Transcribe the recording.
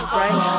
right